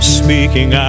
speaking